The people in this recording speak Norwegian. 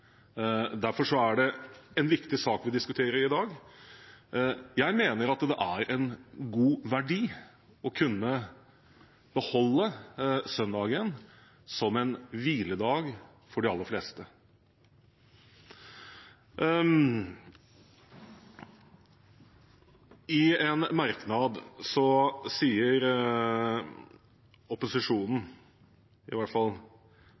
Derfor er det en viktig sak vi diskuterer i dag. Jeg mener at det er en god verdi å kunne beholde søndagen som en hviledag for de aller fleste. I en merknad sier opposisjonen, i hvert fall